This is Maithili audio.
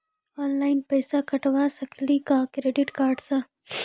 ऑनलाइन पैसा कटवा सकेली का क्रेडिट कार्ड सा?